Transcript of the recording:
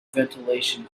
ventilation